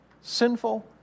sinful